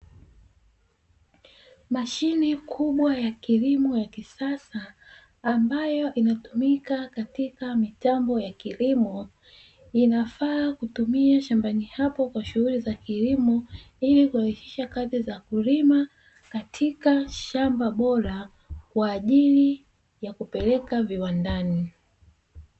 Mashine kubwa ya kilimo ya kisasa ,ambayo inatumika katika mitambo ya kilimo, inafaa kutumia shambani hapo kwa shughuli za kilimo, ili kurahisisha kazi za kulima katika shamba bora, kwa ajili ya kupeleka viwandani.